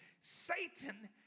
Satan